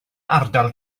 ardal